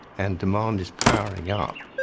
and demand is powering up,